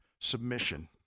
submission